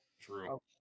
True